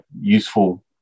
useful